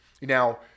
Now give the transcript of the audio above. Now